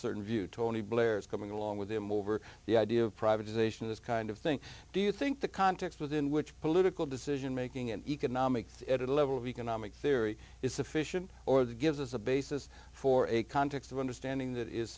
certain view tony blair's coming along with him over the idea of privatization this kind of thing do you think the context within which political decision making and economics editor level of economic theory is sufficient or that gives us a basis for a context of understanding that is